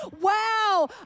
Wow